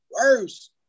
worse